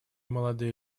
молодые